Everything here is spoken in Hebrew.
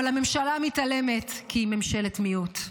אבל הממשלה מתעלמת כי היא ממשלת מיעוט.